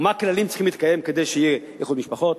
ומה הכללים שצריכים להתקיים כדי שיהיה איחוד משפחות,